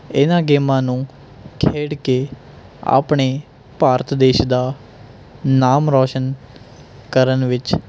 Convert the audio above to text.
ਇਹਨਾਂ ਗੇਮਾਂ ਨੂੰ ਖੇਡ ਕੇ ਆਪਣੇ ਭਾਰਤ ਦੇਸ਼ ਦਾ ਨਾਮ ਰੌਸ਼ਨ ਕਰਨ ਵਿੱਚ